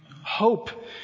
Hope